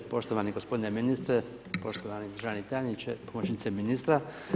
Poštovani gospodine ministre, poštovani državni tajniče, pomoćnice ministra.